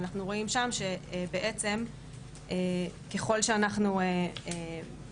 ואנחנו רואים שם שבעצם ככל שאנחנו